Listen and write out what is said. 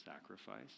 sacrifice